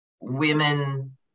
women